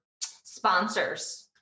sponsors